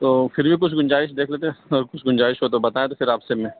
تو پھر بھی کچھ گنجائش دیکھ لیتے اگر کچھ گنجائش ہو تو بتائیں تو پھر آپ سے میں